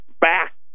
back